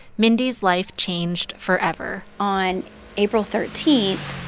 mindy's life changed forever on april thirteen,